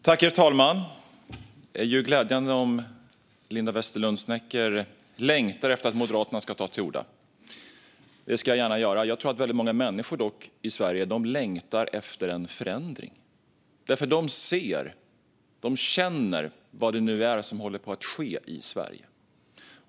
Herr talman! Det är ju glädjande att Linda Westerlund Snecker längtar efter att Moderaterna ska ta till orda. Det gör jag gärna. Jag tror dock att väldigt många människor i Sverige längtar efter en förändring, för de ser och känner vad det nu är som håller på att ske i Sverige.